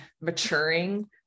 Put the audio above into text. maturing